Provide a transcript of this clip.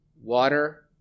water